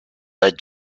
led